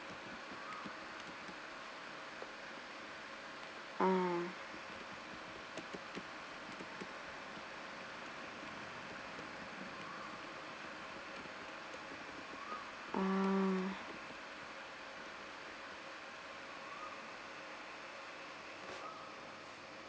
ah